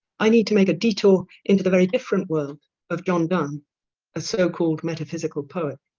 i need to make a detour into the very different world of john donne a so-called metaphysical poet